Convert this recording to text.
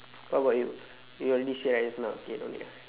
what about you you already say right just now K no need ah